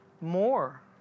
more